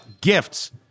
gifts